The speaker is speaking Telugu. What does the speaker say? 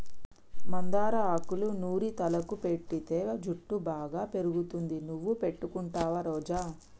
మందార ఆకులూ నూరి తలకు పెటితే జుట్టు బాగా పెరుగుతుంది నువ్వు పెట్టుకుంటావా రోజా